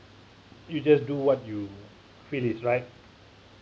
you just do what you feel is right